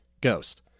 ghost